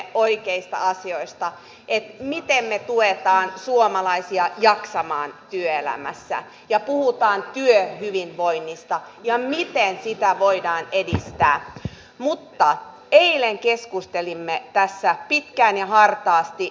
oikeista asioista että teemme tuetaan suomalaisia jaksamaan työelämässä ja puutaan ja hyvinvoinnista ja viitteen siitä voidaan kehittää mutta eilen keskustelimme tässä pitkään ja hartaasti